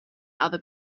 other